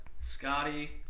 Scotty